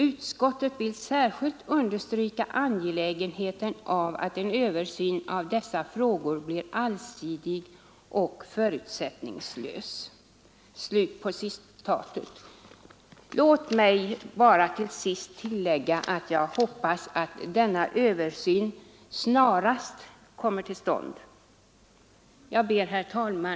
Utskottet vill särskilt understryka angelägenheten av att en översyn av dessa frågor blir allsidig och förutsättningslös.” Låt mig till sist bara tillägga att jag hoppas att den översynen snarast kommer till stånd. Herr talman!